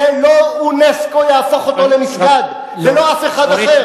ולא אונסק"ו יהפוך אותה למסגד ולא אף אחד אחר.